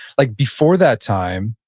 like before that time,